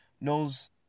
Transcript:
knows